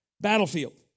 Battlefield